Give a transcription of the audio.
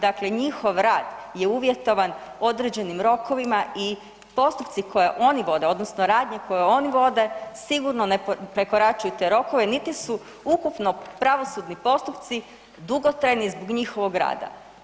Dakle, njihov rad je uvjetovan određenim rokovima i postupci koje oni vode odnosno radnje koje oni vode sigurno ne prekoračuju te rokove niti su ukupno pravosudni postupci dugotrajni zbog njihovog rada.